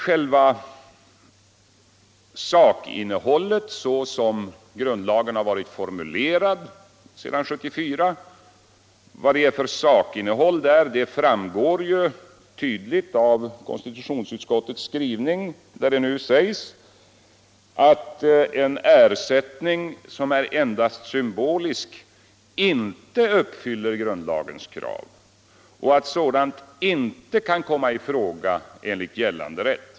Själva sakinnehållet i grundlagen, såsom det varit formulerat sedan 1974, framgår tydligt av konstitutionsutskottets skrivning, där det sägs att en ersättning som är endast symbolisk inte uppfyller grundlagens krav och att sådan inte kan komma i fråga enligt gällande rätt.